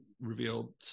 revealed